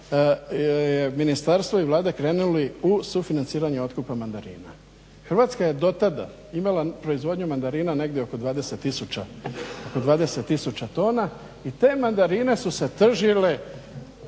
ministarstvo i Vlada krenuli u sufinanciranje otkupa mandarina. Hrvatska je dotada imala proizvodnju mandarina negdje oko 20 tisuća tona i te mandarine su se tržile